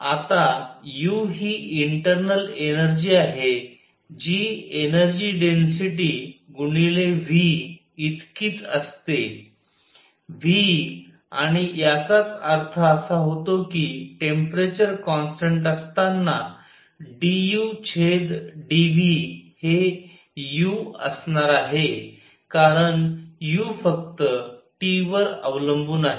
आता U हि internal energy आहे जी एनर्जी डेन्सिटी गुणिले V इतकीच असते व्ही आणि याचाच अर्थ असा होतो की टेम्परेचर कॉन्स्टन्ट असताना d U छेद d V हे U असणार आहे कारण U फक्त T वर अवलंबून आहे